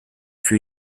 für